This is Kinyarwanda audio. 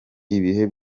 ibihe